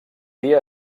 dia